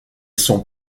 son